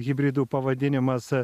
hibridų pavadinimas